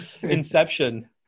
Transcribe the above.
Inception